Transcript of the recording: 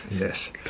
yes